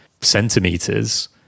centimeters